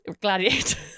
gladiator